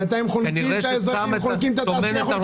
בינתיים חונקים את האזרחים, חונקים את התעשייה.